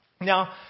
Now